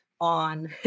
on